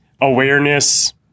awareness